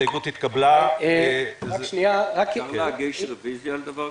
הצבעה בעד ההסתייגות רוב נגד,